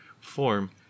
form